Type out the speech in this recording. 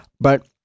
but-